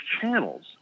channels